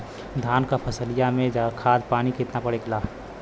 धान क फसलिया मे खाद पानी कितना पड़े ला?